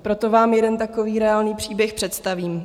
Proto vám jeden takový reálný příběh představím.